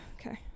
okay